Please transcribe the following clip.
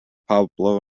pablo